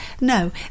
no